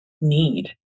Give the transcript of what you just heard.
need